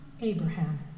Abraham